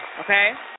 Okay